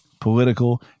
political